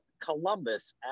Columbus